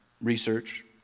Research